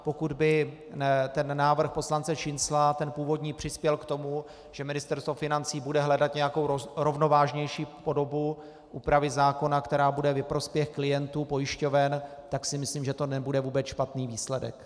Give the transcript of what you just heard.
A pokud by návrh poslance Šincla, ten původní, přispěl k tomu, že Ministerstvo financí bude hledat nějakou rovnovážnější podobu úpravy zákona, která bude ve prospěch klientů pojišťoven, tak si myslím, že to nebude vůbec špatný výsledek.